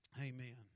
amen